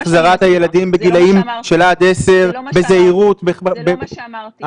-- שהחזרת הילדים בגילאים של עד 10 בזהירות --- זה לא מה שאמרתי.